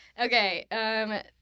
Okay